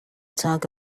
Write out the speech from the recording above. talk